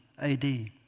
AD